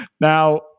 Now